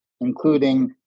including